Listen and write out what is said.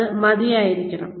അത് മതിയായതായിരിക്കണം